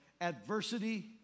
adversity